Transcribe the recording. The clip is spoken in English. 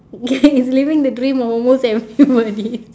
ya it's living the dream of almost everybody